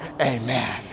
Amen